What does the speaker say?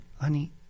Honey